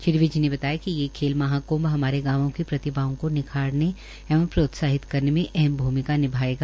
श्री विज ने बताया कि यह खेल महाकृम्भ हमारे गांवों की प्रतिभाओं को निखारने एवं प्रोत्साहित करने में अहम भूमिका निभाएगा